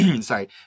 sorry